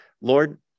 Lord